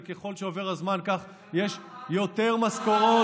וככל שעובר הזמן כך יש יותר משכורות,